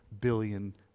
billion